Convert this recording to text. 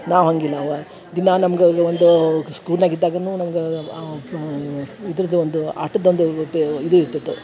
ನಾವು ಹಂಗಿಲ್ಲವ ದಿನ ನಮ್ಗ ಒಂದು ಸ್ಕೂಲ್ನ್ಯಾಗ ಇದ್ದಾಗನು ನಮ್ಗ ಇದರದ್ದು ಒಂದು ಆಟದ ಒಂದು ಇದು ಇರ್ತಿತ್ತು